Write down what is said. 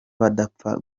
badapfa